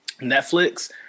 Netflix